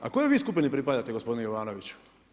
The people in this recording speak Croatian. A kojoj vi skupini pripadate gospodine Jovanoviću?